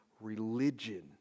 religion